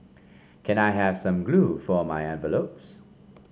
can I have some glue for my envelopes